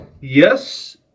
Yes